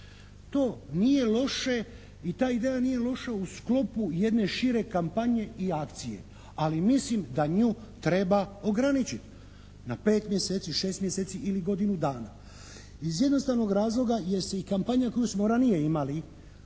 To nije loše i ta ideja nije loša u sklopu jedne šire kampanje i akcije. Ali mislim da nju treba ograničiti na 5 mjeseci, 6 mjeseci ili godinu dana iz jednostavnog razloga jer se i kampanja koju smo ranije imali